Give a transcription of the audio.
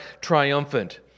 triumphant